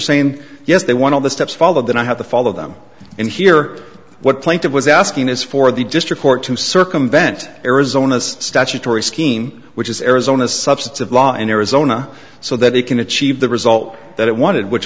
saying yes they want all the steps followed then i have to follow them and hear what plaintive was asking is for the district court to circumvent arizona's statutory scheme which is arizona's subsets of law in arizona so that they can achieve the result that it wanted which